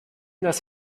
das